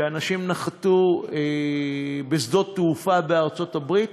שאנשים שנחתו בשדות תעופה בארצות-הברית